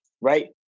right